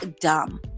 dumb